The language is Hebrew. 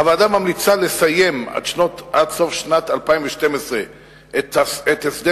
הוועדה ממליצה לסיים עד סוף שנת 2012 את הסדר